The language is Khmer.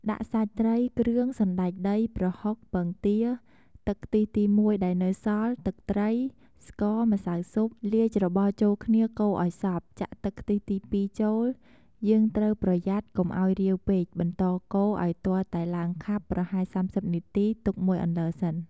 ដាក់សាច់ត្រី គ្រឿង សណ្ដែកដី ប្រហុក ពងទា ទឹកខ្ទិះទីមួយដែលនៅសល់ ទឹកត្រី ស្ករ ម្សៅស៊ុប លាយច្របល់ចូលគ្នាកូរឲ្យសព្វ ចាក់ទឹកខ្ទិះទី២ចូល យើងត្រូវប្រយ័ត្នកុំឲ្យរាវពេក បន្តកូរឲ្យទាល់តែឡើងខាប់ប្រហែល៣០នាទី ទុកមួយអន្លើសិន។